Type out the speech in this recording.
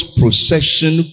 procession